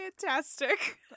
fantastic